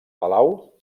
palau